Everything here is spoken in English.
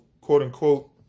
quote-unquote